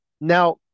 Now